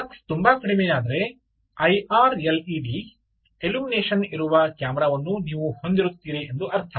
ಆದ್ದರಿಂದ ಲಕ್ಸ್ ತುಂಬಾ ಕಡಿಮೆಯಾದರೆ IR L E D illumination ಇರುವ ಕ್ಯಾಮೆರಾವನ್ನು ನೀವು ಹೊಂದಿರುತ್ತೀರಿ ಎಂದು ಅರ್ಥ